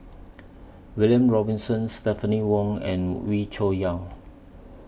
William Robinson Stephanie Wong and Wee Cho Yaw